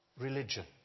Religion